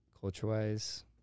Culture-wise